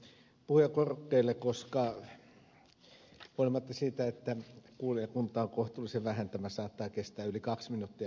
tulen tänne puhujakorokkeelle koska huolimatta siitä että kuulijakuntaa on kohtuullisen vähän tämä mitä puhun saattaa kestää yli kaksi minuuttia